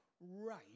right